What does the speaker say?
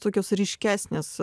tokios ryškesnės